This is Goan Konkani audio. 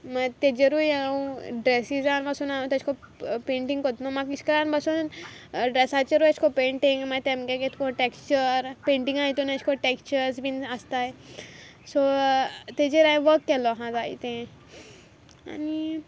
तेजेरूय हांव ड्रेसिसा पासून हांयें तेशें कोन्न पेंटींग कोतता न्हू म्हाका इस्कोला पासून ड्रेसाचेरूय एशें कोन्न पेंटींग मागी तें म्हुगे कितें ते टॅक्चर पेंटिंगा हितून एशें कोन्न टॅक्चर्स बीन आसताय सो तेजेर हांयें वर्क केलो आहा जायतें आनी